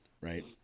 Right